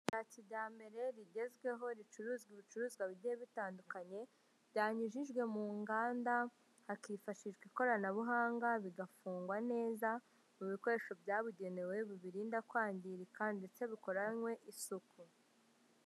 Rya kijyambere rigezweho ricuruzwa ibicuruzwa bigiye bitandukanye byanyujijwe mu nganda, hakifashishwa ikoranabuhanga bigafungwa neza mu bikoresho byabugenewe bibirinda kwangirika ndetse bikoranywe isuku.